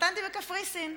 התחתנתי בקפריסין.